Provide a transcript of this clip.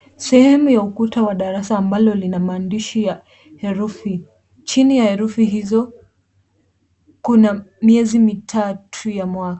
Sehemu ya ukuta wa darasa ambao una maandishi ya herufi. Chini ya herufi hizo kuna miezi mitatu ya mwaka.